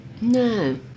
No